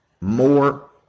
More